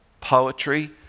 poetry